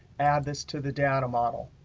add this to the data model.